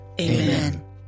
Amen